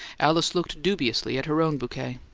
alice looked dubiously at her own bouquet.